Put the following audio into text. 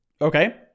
Okay